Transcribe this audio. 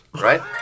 Right